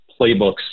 playbooks